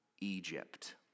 Egypt